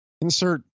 insert